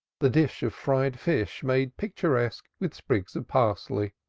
the dish of fried fish made picturesque with sprigs of parsley,